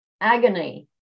agony